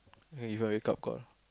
I give you wake up call